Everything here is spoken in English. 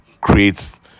creates